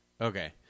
Okay